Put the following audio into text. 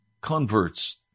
converts